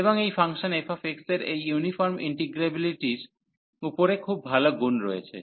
এবং এই function f এর এই ইউনিফর্ম ইন্টিগ্রেবিলিটির উপরে খুব ভাল গুন রয়েছে